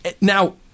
Now